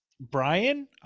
Brian